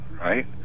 right